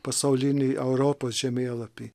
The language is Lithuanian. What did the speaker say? pasaulinį europos žemėlapį